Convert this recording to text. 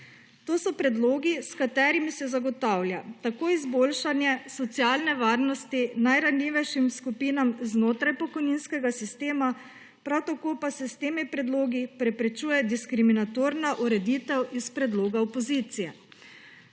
To so predlogi, s katerimi se tako zagotavlja izboljšanje socialne varnosti najranljivejšim skupinam znotraj pokojninskega sistema kot preprečuje diskriminatorna ureditev iz predloga opozicije.